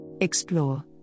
Explore